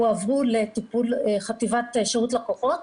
הועברו לטיפול חטיבת שירות לקוחות